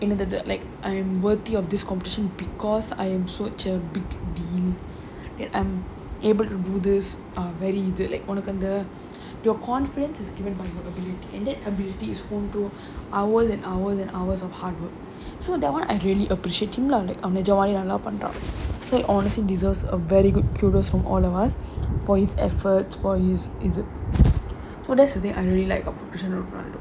in the dialect I'm worthy of this competition because I am such a big deal and able to do this um very இது உனக்கு அந்த:ithu unakku antha your confidence is given by my ability and their ability is home to hours and hours and hours of hard work so that [one] I really appreciating him lah jolly ah ரொம்ப நல்லா பண்றான்:romba nallaa pandraan so honestly deserves a very good curios from all of us for it's efforts for years I really lack opportunity